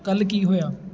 ਕੱਲ੍ਹ ਕੀ ਹੋਇਆ